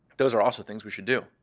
those are also things we should do.